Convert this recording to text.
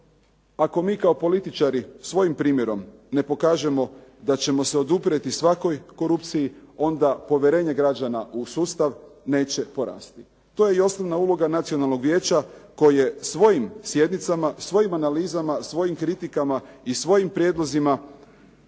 ako mi kao političari svojim primjerom ne pokažemo da ćemo se oduprijeti svakoj korupciji onda povjerenje građana u sustav neće porasti. To je i osnovna uloga Nacionalnog vijeća koje je svojim sjednicama, svojim analizama, svojim kritikama i svojim prijedlozima